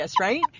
right